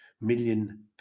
million